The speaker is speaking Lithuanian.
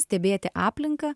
stebėti aplinką